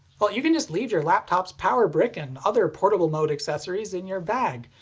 well you can just leave your laptop's power brick and other portable-mode accessories in your bag.